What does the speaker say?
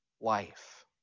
life